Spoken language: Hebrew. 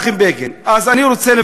אז אני רוצה לבקש מכם,